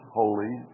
holy